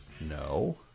no